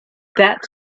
that